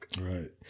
Right